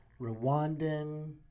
Rwandan